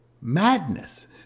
madness